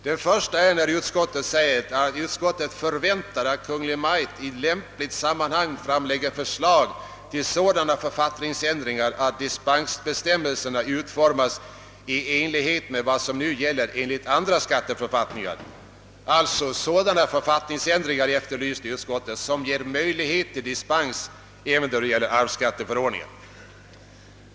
Den första är att utskottet förväntar, att Kungl. Maj:t i lämpligt sammanhang framlägger förslag till sådana författningsändringar, att dispensbestämmelserna utformas i enlighet med vad som nu gäller enligt andra skatteförfattningar. Utskottet efterlyser alltså förändringar som ger möjlighet till dispens, även då det gäller arvsskatteförordningen.